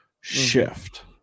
shift